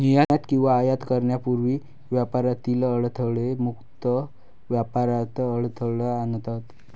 निर्यात किंवा आयात करण्यापूर्वी व्यापारातील अडथळे मुक्त व्यापारात अडथळा आणतात